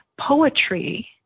poetry